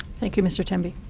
thank you, mr. temby.